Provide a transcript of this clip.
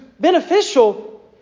beneficial